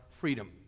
freedom